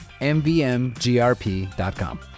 mvmgrp.com